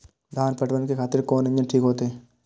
धान पटवन के खातिर कोन इंजन ठीक होते?